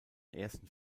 ersten